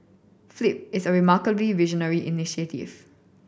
flip is a remarkably visionary initiative